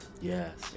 Yes